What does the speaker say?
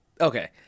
Okay